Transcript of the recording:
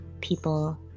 people